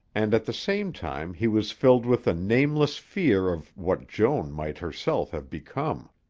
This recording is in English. and at the same time he was filled with a nameless fear of what joan might herself have become.